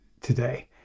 today